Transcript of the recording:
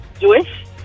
Jewish